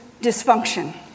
dysfunction